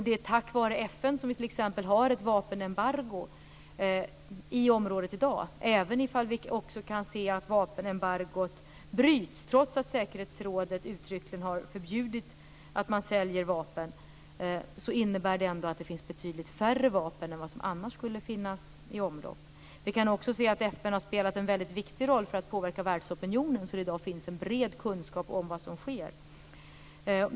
Det är tack vare FN som vi har ett vapenembargo i området i dag, även om vi kan se att man bryter mot det. Säkerhetsrådet har uttryckligen förbjudit försäljning av vapen. Det innebär att det finns betydligt färre vapen i omlopp än annars. FN har också spelat en viktig roll för att påverka världsopinionen. I dag finns en bred kunskap om vad som sker.